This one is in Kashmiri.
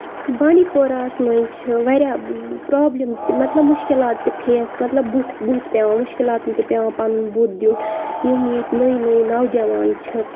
بانڈی پوراہس منٛز چھِ واریاہ پرابلِم تہِ مطلب مُشکِلات تہِ فیس مطلب بُتھۍ پیٚوان مُشکِلاتن تہِ پیٚوان پَنُن بُتھ دیُن یِم ییٚتۍ نٔے نٔے نوجوان چھِ